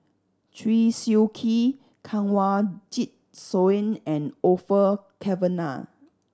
Chew Swee Kee Kanwaljit Soin and Orfeur Cavenagh